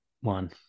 one